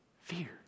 fear